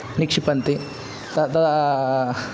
निक्षिपन्ति तदा